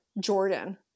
Jordan